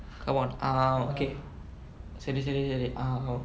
common ah okay சரி சரி சரி:sari sari sari ah